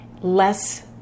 less